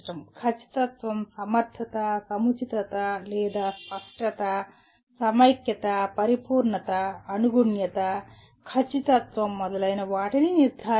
ఖచ్చితత్వం సమర్ధత సముచితత లేదా స్పష్టత సమైక్యత పరిపూర్ణత అనుగుణ్యత ఖచ్చితత్వం మొదలైనవాటిని నిర్ధారించడం